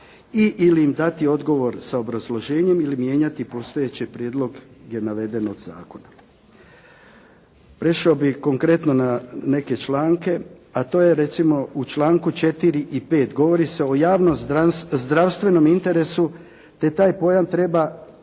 ili im dati odgovor sa obrazloženjem ili mijenjati postojeći prijedlog navedenog zakona. Prešao bih konkretno na neke članke, a to je recimo u članku 4. i 5. govori se o javno zdravstvenom interesu te taj pojam treba, smatra